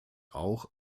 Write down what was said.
auch